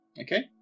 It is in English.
Okay